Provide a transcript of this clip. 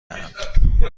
دهند